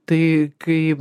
tai kai